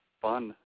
Fun